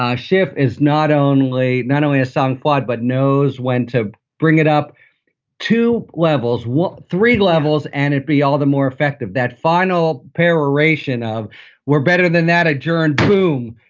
um schiff is not only not only a song quod, but knows when to bring it up to levels. what three levels and it be all the more effective. that final peroration of we're better than that adjourned. boom.